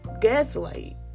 gaslight